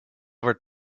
over